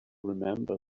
remember